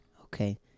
Okay